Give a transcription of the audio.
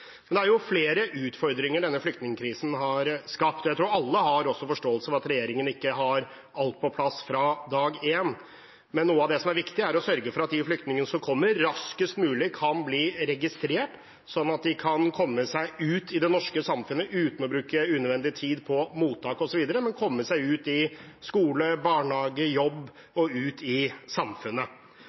Men det er flere utfordringer denne flyktningkrisen har skapt, og jeg tror alle også har forståelse for at regjeringen ikke har alt på plass fra dag én. Noe av det som er viktig, er å sørge for at de flyktningene som kommer, raskest mulig kan bli registrert, slik at de kan komme seg ut i det norske samfunnet uten å bruke unødvendig tid på mottak osv., men komme seg ut i skole, barnehage og jobb – ut i samfunnet.